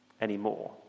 anymore